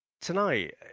tonight